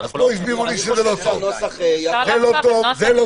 פה הסבירו לי זה לא טוב, זה לא טוב וזה לא טוב.